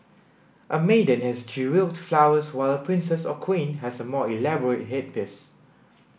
a maiden has jewelled flowers while a princess or queen has a more elaborate headpiece